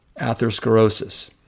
atherosclerosis